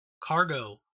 cargo